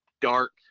dark